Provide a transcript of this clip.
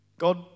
God